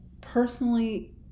personally